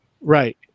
Right